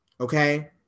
okay